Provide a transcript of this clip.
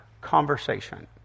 conversation